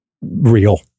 real